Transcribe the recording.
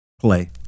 Play